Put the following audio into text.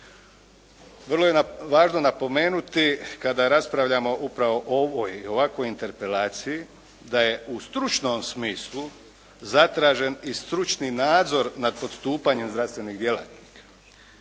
Vrlo je važno napomenuti kada raspravljamo upravo o ovoj i ovakvoj interpelaciji da je u stručnom smislu zatražen i stručni nadzor nad postupanjem zdravstvenih djelatnika